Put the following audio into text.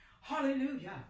Hallelujah